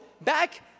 back